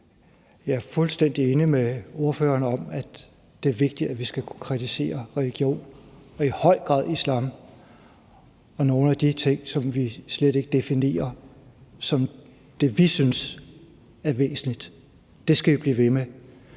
Jeg er fuldstændig enig med ordføreren i, at det er vigtigt, at vi skal kunne kritisere religioner og i høj grad islam og nogle af de ting, som vi slet ikke definerer som noget, vi synes er rigtigt. Det skal vi blive ved med.